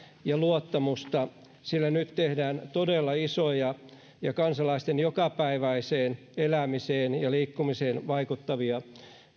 ja luottamusta sillä nyt tehdään todella isoja ja kansalaisten jokapäiväiseen elämiseen ja liikkumiseen vaikuttavia